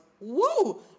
woo